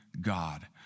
God